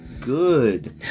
good